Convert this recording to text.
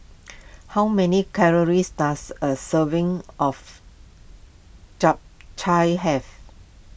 how many calories does a serving of Japchae have